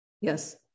Yes